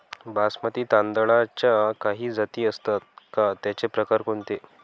बासमती तांदळाच्या काही जाती असतात का, त्याचे प्रकार कोणते?